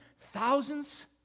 thousands